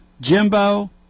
Jimbo